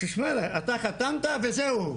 אתה חתמת וזהו.